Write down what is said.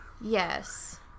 Yes